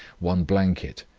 one blanket,